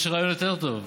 יש רעיון יותר טוב: